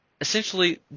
essentially